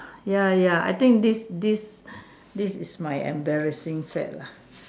ya ya I think this this this is my embarrassing fad lah